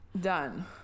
done